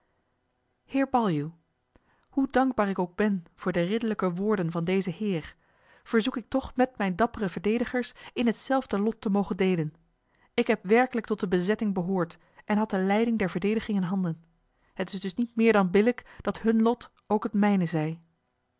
heer baljuw hoe dankbaar ik ook ben voor de ridderlijke woorden van dezen heer verzoek ik toch met mijne dappere verdedigers in hetzelfde lot te mogen deelen ik heb werkelijk tot de bezetting behoord en had de leiding der verdediging in handen t is dus niet meer dan billijk dat hun lot ook het mijne zij